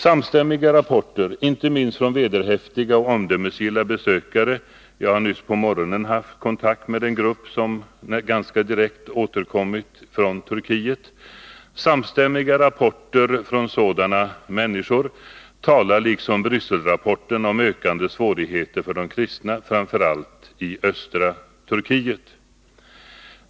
Samstämmiga rapporter, inte minst från vederhäftiga och omdömesgilla besökare — jag har nu på morgonen haft kontakt med en grupp som ganska direkt återkommit från Turkiet — talar liksom Brysselrapporten om ökande svårigheter för de kristna, framför allt i östra Turkiet.